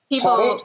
People